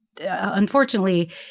unfortunately